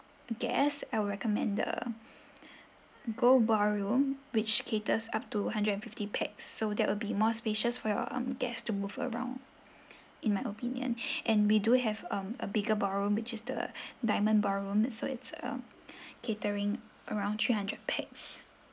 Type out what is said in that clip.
guest I would recommend the gold ballroom which caters up to hundred and fifty pax so that will be more spacious for your um guest to move around in my opinion and we do have um a bigger ballroom which is the diamond ballroom so it's um catering around three hundred pax